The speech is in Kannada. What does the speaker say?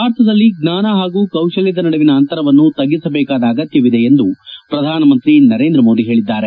ಭಾರತದಲ್ಲಿ ಜ್ಞಾನ ಹಾಗೂ ಕೌಶಲ್ತದ ನಡುವಿನ ಅಂತರವನ್ನು ತಗ್ಗಿಸಬೇಕಾದ ಅಗತ್ತವಿದೆ ಎಂದು ಪ್ರಧಾನಮಂತ್ರಿ ನರೇಂದ್ರ ಮೋದಿ ಹೇಳಿದ್ದಾರೆ